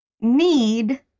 Need